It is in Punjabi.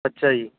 ਅੱਛਾ ਜੀ